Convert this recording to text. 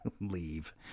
leave